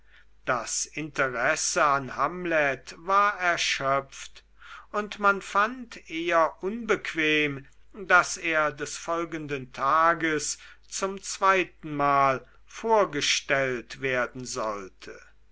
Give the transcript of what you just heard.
das interesse an hamlet war erschöpft und man fand eher unbequem daß er des folgenden tages zum zweitenmal vorgestellt werden sollte